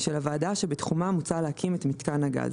של הוועדה שבתחומה מוצע להקים את מיתקן הגז,